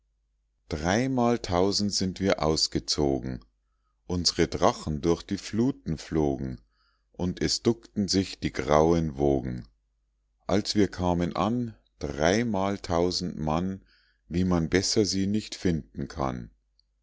dreimal tausend sind wir ausgezogen uns're drachen durch die fluten flogen und es duckten sich die grauen wogen als wir kamen an dreimal tausend mann wie man besser sie nicht finden kann